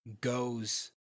goes